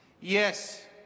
Yes